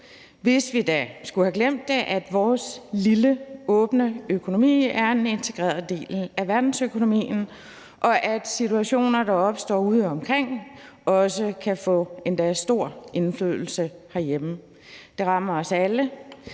hvis vi da skulle have glemt det, at vores lille, åbne økonomi er en integreret del af verdensøkonomien, og at situationer, der opstår udeomkring, også kan få endda stor indflydelse herhjemme. Det rammer os alle.